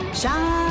shine